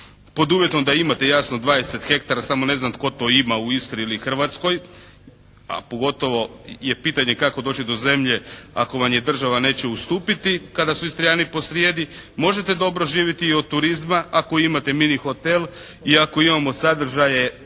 pod uvjetom da imate jasno 20 hektara, samo ne znam tko to ima u Istri ili Hrvatskoj, a pogotovo je pitanje kako doći do zemlje ako vam je država neće ustupiti kada su Istrijani po srijedi, možete dobro živjeti i od turizma, ako imate mini hotel i ako imamo sadržaje koji